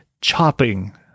chopping